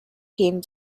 him